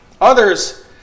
Others